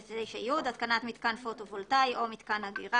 "התקנת מיתקן פוטו-וולטאי או מיתקן אגירה,